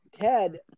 Ted